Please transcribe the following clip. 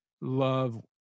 love